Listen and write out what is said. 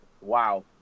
wow